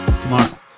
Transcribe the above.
tomorrow